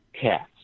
cats